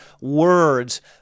words